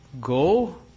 go